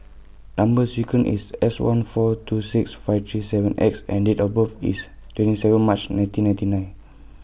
Number sequence IS S one four two six five three seven X and Date of birth IS twenty seven March nineteen ninety nine